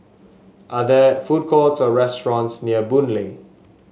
are there food courts or restaurants near Boon Lay